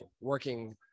working